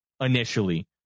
initially